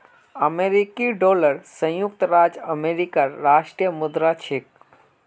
अमेरिकी डॉलर संयुक्त राज्य अमेरिकार राष्ट्रीय मुद्रा छिके